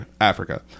Africa